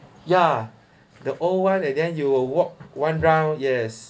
ya the old one and then you will walk one round yes